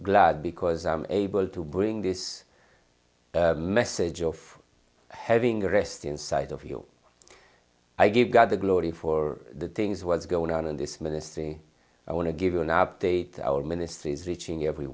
glad because i'm able to bring this message of having the rest inside of you i give god the glory for the things what's going on in this ministry i want to give you an update our ministry is reaching every